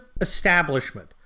establishment